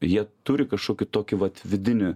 jie turi kažkokį tokį vat vidinį